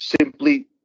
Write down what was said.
simply